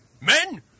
Men